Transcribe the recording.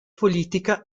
politica